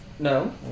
No